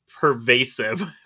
pervasive